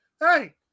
Hey